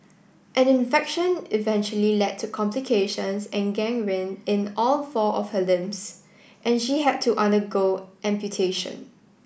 an infection eventually led to complications and gangrene in all four of her limbs and she had to undergo amputation